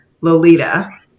Lolita